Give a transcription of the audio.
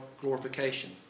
glorification